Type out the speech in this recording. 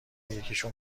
یکیشون